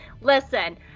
listen